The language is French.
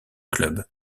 club